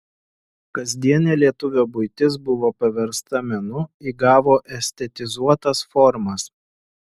kasdienė lietuvio buitis buvo paversta menu įgavo estetizuotas formas